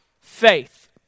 faith